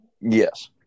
Yes